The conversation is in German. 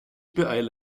beeile